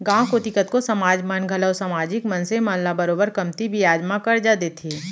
गॉंव कोती कतको समाज मन घलौ समाजिक मनसे मन ल बरोबर कमती बियाज म करजा देथे